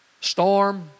Storm